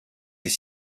est